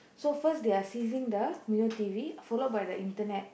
so first they are ceasing the Mio T_V followed by the internet